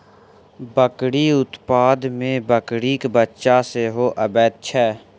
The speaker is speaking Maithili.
बकरी उत्पाद मे बकरीक बच्चा सेहो अबैत छै